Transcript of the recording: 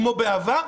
כמו בעבר.